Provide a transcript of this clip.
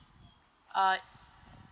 uh